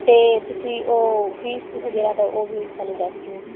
ਅਤੇ ਤੁਸੀਂ ਉਹ ਫੀਸ ਵਗੈਰਾ ਦਾ ਉਹ ਵੀ ਸਾਨੂੰ ਦੱਸ ਦਿਓ